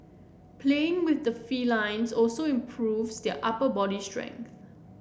playing with the felines also improves their upper body strength